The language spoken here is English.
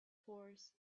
horse